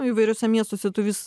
įvairiuose miestuose tu vis